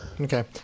okay